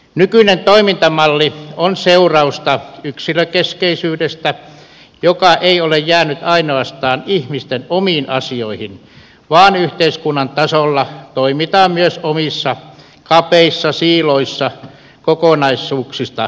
nykyinen toimintamalli on seurausta yksilökeskeisyydestä joka ei ole jäänyt ainoastaan ihmisten omiin asioihin vaan yhteiskunnan tasolla toimitaan myös omissa kapeissa siiloissa kokonaisuuksista välittämättä